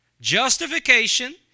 Justification